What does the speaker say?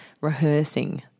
rehearsing